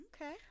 okay